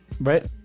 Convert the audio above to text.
Right